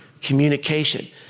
communication